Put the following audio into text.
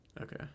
Okay